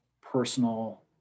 personal